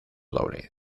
doble